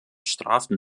strafen